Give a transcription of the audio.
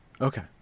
Okay